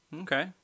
okay